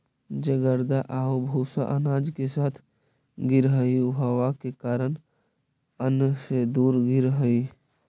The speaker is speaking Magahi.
जे गर्दा आउ भूसा अनाज के साथ गिरऽ हइ उ हवा के कारण अन्न से दूर गिरऽ हइ